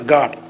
God